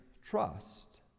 trust